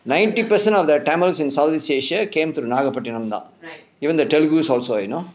ninety percent of the tamils in southeast asia came through Nagapattinam தான்:nagapattinaam thaan even the telugus also you know